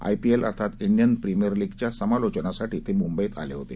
IPL अर्थात Indian premier लीगच्या समालोचनासाठी ते मुंबईत आले होते